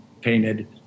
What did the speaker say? painted